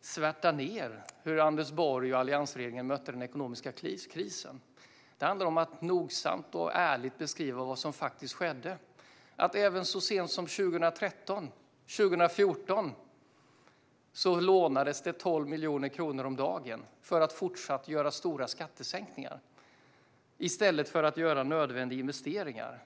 svärta ned hur Anders Borg och alliansregeringen mötte den ekonomiska krisen. Det handlar om att nogsamt och ärligt beskriva vad som faktiskt skedde. Även så sent som 2013 och 2014 lånades 12 miljoner kronor om dagen för att man fortsatt skulle kunna göra stora skattesänkningar i stället för att göra nödvändiga investeringar.